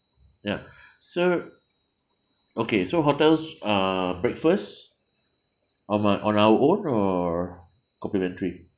ya so okay so hotels uh breakfast on my on our own or complimentary